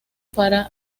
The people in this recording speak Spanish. para